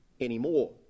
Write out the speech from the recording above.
anymore